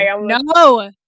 no